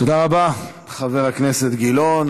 תודה רבה, חבר הכנסת גילאון.